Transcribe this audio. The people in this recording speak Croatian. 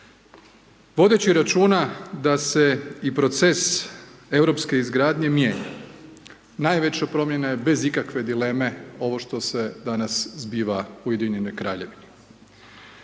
Vodeći računa da se i proces europske izgradnje mijenja. Najveća je promjena, bez ikakve dileme, ovo što se danas zbiva u Ujedinjenoj Kraljevini.